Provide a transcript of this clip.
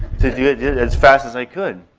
to do it as fast as i could.